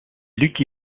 lucky